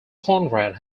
konrad